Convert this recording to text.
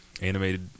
animated